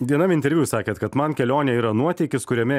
vienam interviu jūs sakėt kad man kelionė yra nuotykis kuriame